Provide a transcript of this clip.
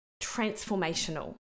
transformational